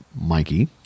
Mikey